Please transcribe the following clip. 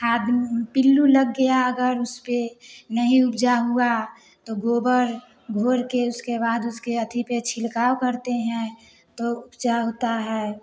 खाद पिलू लग गया अगर उसपे नहीं उपजा हुआ तो गोबर घोर के उसके बाद उसके अथि पे छिड़काव करते हैं तो उपजा होता है